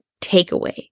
takeaway